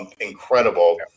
incredible